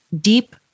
deep